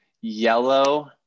yellow